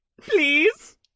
please